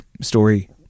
story